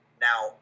Now